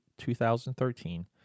2013